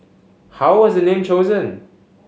how was the name chosen